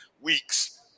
weeks